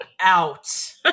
out